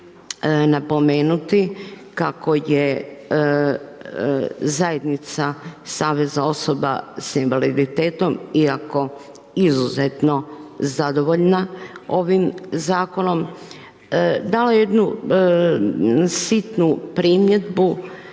napomenuti kako je zajednica Saveza osoba sa invaliditetom iako izuzetno zadovoljna ovim zakonom, dalo jednu sitnu primjedbu